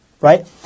Right